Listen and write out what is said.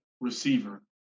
receiver